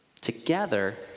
Together